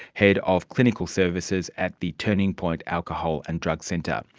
head of clinical services at the turning point alcohol and drug centre.